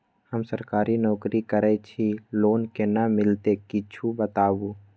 हम सरकारी नौकरी करै छी लोन केना मिलते कीछ बताबु?